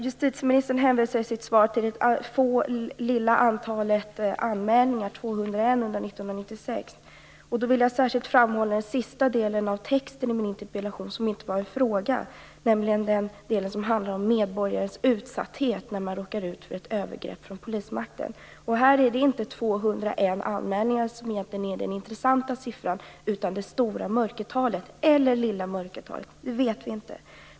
Justitieministern hänvisar i sitt svar till det ringa antalet anmälningar - 201 under 1996. Då vill jag särskilt framhålla den sista delen av texten i min interpellation, nämligen den som inte var en fråga utan handlade om medborgares utsatthet vid övergrepp från polismakten. Här är det inte 201 anmälningar som är den intressanta siffran utan det stora mörkertalet - eller lilla mörkertalet; vilket vet vi inte.